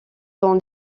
dans